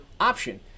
option